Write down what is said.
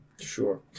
Sure